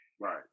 right